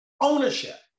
Ownership